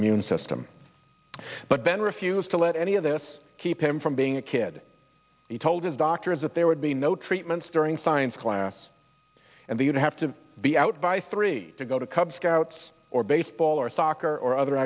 immune system but then refused to let any of this keep him from being a kid he told his doctors that there would be no treatments during science class and the you know have to be out by three to go to come scouts or baseball or soccer or other